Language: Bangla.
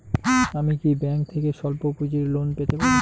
আমি কি ব্যাংক থেকে স্বল্প পুঁজির লোন পেতে পারি?